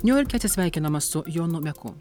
niujorke atsisveikinama su jonu meku